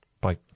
Bye